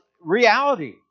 reality